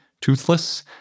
toothless